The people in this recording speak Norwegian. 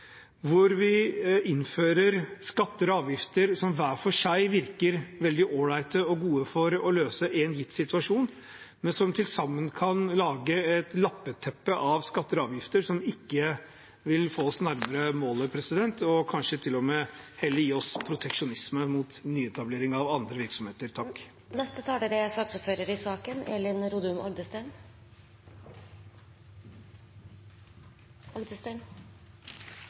vi innfører skatter og avgifter som hver for seg virker veldig ålreite og gode for å løse en gitt situasjon, men som til sammen kan lage et lappeteppe av skatter og avgifter som ikke vil få oss nærmere målet, og kanskje til og med heller gi oss proteksjonisme mot nyetablering av andre virksomheter.